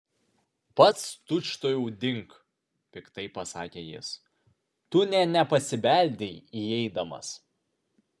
pats tučtuojau dink piktai pasakė jis tu nė nepasibeldei įeidamas